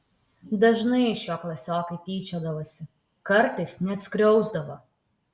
dažnai iš jo klasiokai tyčiodavosi kartais net skriausdavo